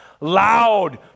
loud